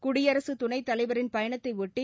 குடியரசுத் துணை தலைவரின் பயணத்தை ஒட்டி